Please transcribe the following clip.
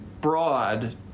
broad